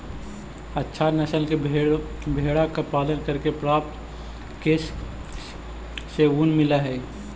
अच्छा नस्ल के भेडा के पालन करके प्राप्त केश से ऊन मिलऽ हई